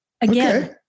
again